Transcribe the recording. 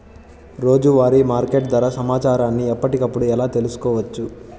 రోజువారీ మార్కెట్ ధర సమాచారాన్ని ఎప్పటికప్పుడు ఎలా తెలుసుకోవచ్చు?